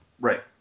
Right